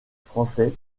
français